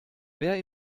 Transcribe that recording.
wer